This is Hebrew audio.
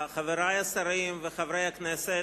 חברי השרים וחברי הכנסת,